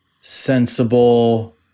sensible